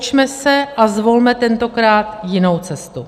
Poučme se a zvolme tentokrát jinou cestu.